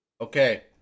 okay